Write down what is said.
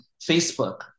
Facebook